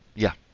yeah.